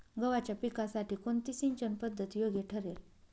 गव्हाच्या पिकासाठी कोणती सिंचन पद्धत योग्य ठरेल?